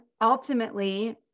ultimately